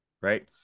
right